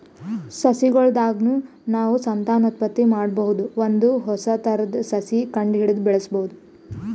ಸಸಿಗೊಳ್ ದಾಗ್ನು ನಾವ್ ಸಂತಾನೋತ್ಪತ್ತಿ ಮಾಡಬಹುದ್ ಒಂದ್ ಹೊಸ ಥರದ್ ಸಸಿ ಕಂಡಹಿಡದು ಬೆಳ್ಸಬಹುದ್